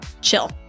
chill